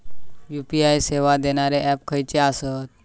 UPI सेवा देणारे app खयचे आसत?